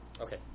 Okay